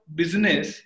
business